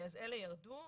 אז אלה ירדו.